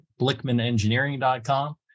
BlickmanEngineering.com